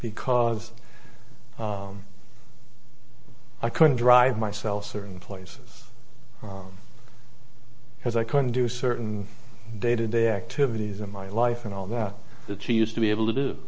because i couldn't drive myself certain places because i couldn't do certain day to day activities in my life and all that the chief used to be able to do